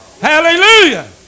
Hallelujah